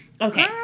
Okay